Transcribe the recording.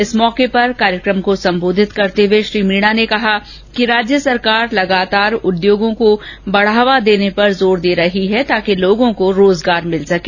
इस मौके पर कार्यक्रम को संबोधित करते हुए श्री मीणा ने कहा कि राज्य सरकार निरंतर उधोगों को बढ़ाया देने पर जोर देर रही है ताकि लोगों को रोजगार भिल सके